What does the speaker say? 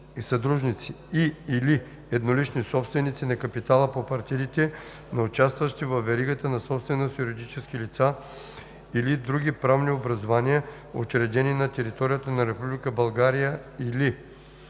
съдружници и/или еднолични собственици на капитала по партидите на участващи във веригата на собственост юридически лица или други правни образувания, учредени на територията на Република България, или